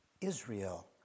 Israel